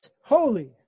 holy